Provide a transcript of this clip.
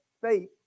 faith